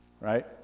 right